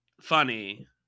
funny